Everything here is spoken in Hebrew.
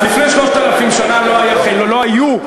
אז לפני 3,000 שנה לא היו,